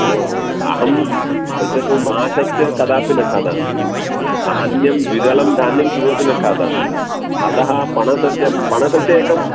ओहो अहं पश्यतु माषस्य कदापि न खादामि धान्यं द्विदलधान्यं किमपि न खादामि अतः पनसस्य पनसस्य एकम्